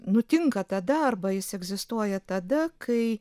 nutinka tada arba jis egzistuoja tada kai